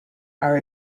are